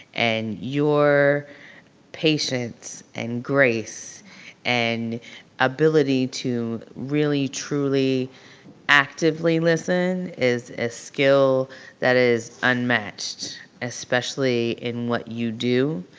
and your patience and grace and ability to really truly actively listen is a skill that is unmatched especially in what you do.